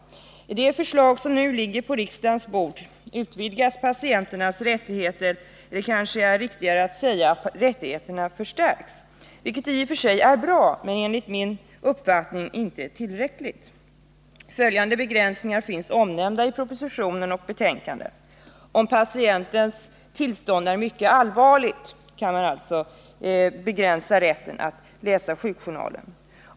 I det förslag som nu ligger på riksdagens bord utvidgas patienternas rättigheter, eller det kanske är , riktigare att säga att rättigheterna förstärks, vilket i och för sig är bra men enligt min mening inte tillräckligt. Följande begränsningar finns omnämnda i propositionen och betänkandet: Om patientens tillstånd är mycket allvarligt kan man begränsa rätten att läsa sjukjournalen.